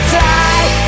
die